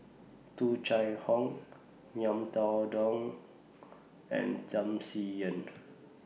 Tung Chye Hong Ngiam Tong Dow and Tham Sien Yen